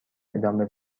ادامه